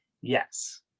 yes